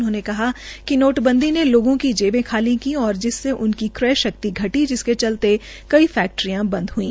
उन्होंने कहा कि नोटबंदी ने लोगों की जेबें खाली की और जिससे उनकी क्रय शक्ति घटी जिसके चलते कई फैक्ट्रीयां बंद हई